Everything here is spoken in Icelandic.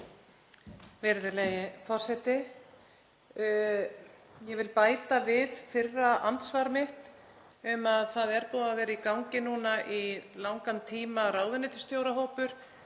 Virðulegi forseti. Ég vil bæta við fyrra andsvar mitt að það er búið að vera í gangi núna í langan tíma ráðuneytisstjórahópur